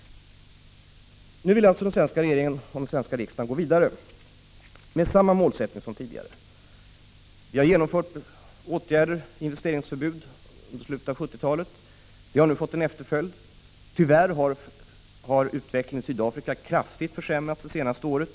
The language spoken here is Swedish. Nu vill alltså den svenska regeringen och den svenska riksdagen gå vidare med samma målsättning som tidigare. Vi har genomfört åtgärder, exempelvis investeringsförbud under slutet av 1970-talet. Det har nu fått en efterföljd. Tyvärr har utvecklingen i Sydafrika kraftigt försämrats under det senaste året.